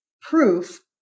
proof